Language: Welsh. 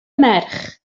merch